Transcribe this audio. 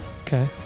Okay